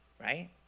right